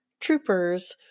Troopers